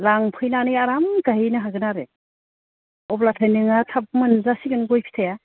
लांफैनानै आराम गायहैनो हागोन आरो अब्लाथाय नोंहा थाब मोनजासिगोन गय फिथाइआ